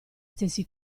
stessi